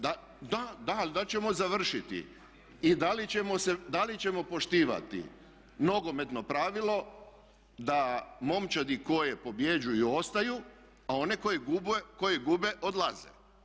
Da, da, ali da li ćemo završiti i da li ćemo poštivati nogometno pravilo, da momčadi koje pobjeđuju ostaju, a one koji gube odlaze.